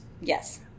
Yes